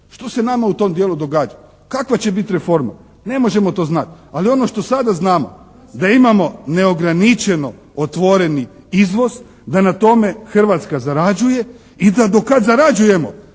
Što se nama u tom dijelu događa? Kakva će biti reforma? Ne možemo to znati, ali ono što sada znamo da imamo neograničeno otvoreni izvoz da na tome Hrvatska zarađuje i da do kad zarađujemo